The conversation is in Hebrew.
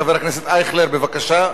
חבר הכנסת ישראל אייכלר, בבקשה.